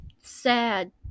Sad